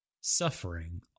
suffering